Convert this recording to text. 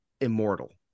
immortal